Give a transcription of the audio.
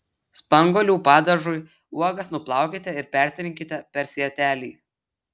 spanguolių padažui uogas nuplaukite ir pertrinkite per sietelį